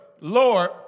Lord